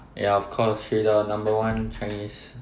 ya of course she the number one chinese